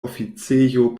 oficejo